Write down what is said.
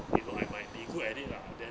会 but I might be good at it lah then